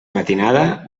matinada